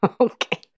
Okay